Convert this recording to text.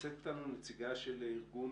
התמונה הרחבה,